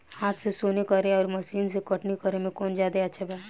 हाथ से सोहनी करे आउर मशीन से कटनी करे मे कौन जादे अच्छा बा?